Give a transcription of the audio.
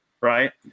Right